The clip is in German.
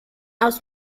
aus